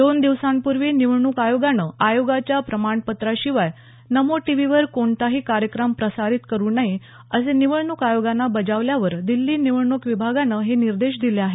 दोन दिवसांपूर्वी निवडणूक आयोगानं आयोगाच्या प्रमाणपत्राशिवाय नमो टीव्हीवर कोणताही कार्यक्रम प्रसारित करू नये असं निवडणूक आयोगानं बजावल्यावर दिल्ली निवडणूक विभागानं हे निर्देश दिले आहेत